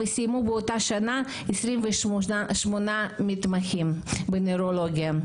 וסיימו באותה שנה 28 מתמחים בנוירולוגיה.